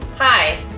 hi,